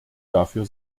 dafür